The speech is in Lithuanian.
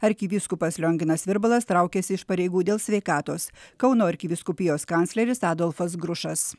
arkivyskupas lionginas virbalas traukiasi iš pareigų dėl sveikatos kauno arkivyskupijos kancleris adolfas grušas